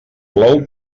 plou